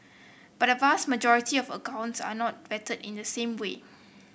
but a vast majority of accounts are not vetted in the same way